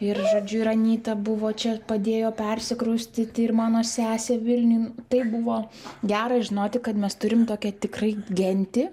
ir žodžiu ir anyta buvo čia padėjo persikraustyti ir mano sesė vilniuj tai buvo gera žinoti kad mes turim tokią tikrai gentį